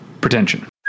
pretension